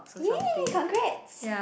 ya congrats